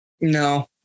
No